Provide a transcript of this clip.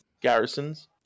garrisons